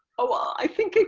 oh, well i think